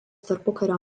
tarpukario